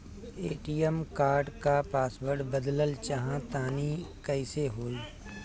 ATM card क password बदलल चाहा तानि कइसे होई?